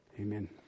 amen